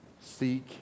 Seek